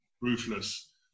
ruthless